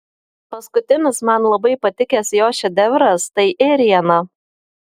paskutinis man labai patikęs jo šedevras tai ėriena